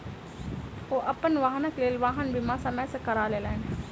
ओ अपन वाहनक लेल वाहन बीमा समय सॅ करा लेलैन